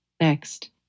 Next